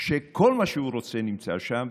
כשכל מה שהוא רוצה נמצא שם.